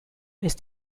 ist